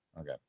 Okay